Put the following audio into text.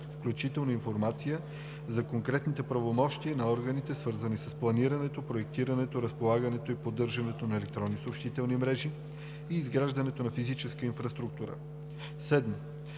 включително информация за конкретните правомощия на органите, свързани с планирането, проектирането, разполагането и поддържането на електронни съобщителни мрежи и изграждането на физическа инфраструктура; 7.